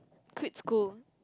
quit school